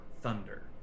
thunder